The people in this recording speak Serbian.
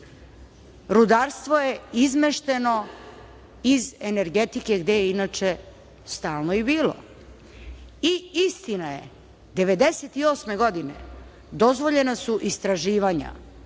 rudarstvo je izmešteno iz energetike, gde je inače stalno i bilo. I istina je, 1998. godine dozvoljena su istraživanja,